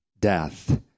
death